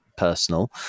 personal